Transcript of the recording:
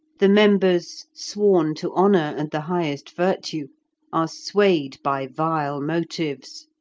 the members sworn to honour and the highest virtue are swayed by vile motives,